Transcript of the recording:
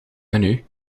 menu